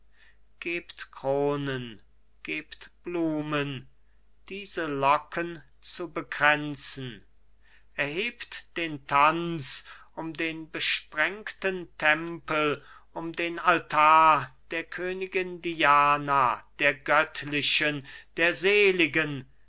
gebt kronen gebt blumen diese locken zu bekränzen erhebt den tanz um den besprengten tempel um den altar der königin diana der göttlichen der seligen